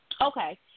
Okay